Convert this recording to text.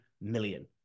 million